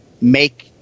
make